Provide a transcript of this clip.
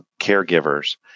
caregivers